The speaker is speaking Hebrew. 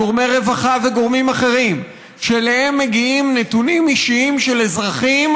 גורמי רווחה וגורמים אחרים שאליהם מגיעים נתונים אישיים של אזרחים,